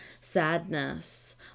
sadness